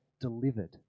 delivered